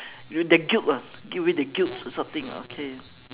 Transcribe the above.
the guilt ah give away the guilt or something ah okay